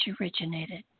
originated